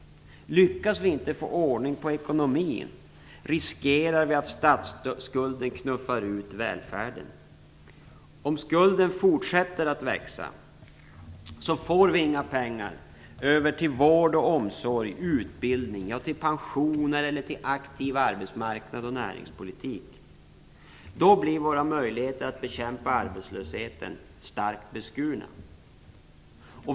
Lyckas vi inte få ordning på ekonomin, riskerar vi att statsskulden knuffar ut välfärden. Om skulden fortsätter att växa får vi inga pengar över till vård, omsorg, utbildning, pensioner eller till aktiv arbetsmarknad och näringspolitik. Då blir våra möjligheter att bekämpa arbetslösheten starkt beskurna.